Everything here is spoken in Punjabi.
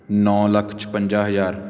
ਨੌ ਲੱਖ ਛਪੰਜਾ ਹਜ਼ਾਰ